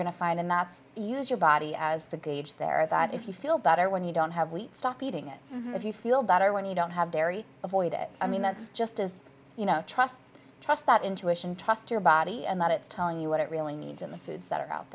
going to find and that's use your body as the gauge there that if you feel better when you don't have wheat stop eating it if you feel better when you don't have dairy avoid it i mean that's just as you know trust trust that intuition your body and that it's telling you what it really needs in the foods that are out